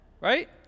right